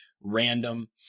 random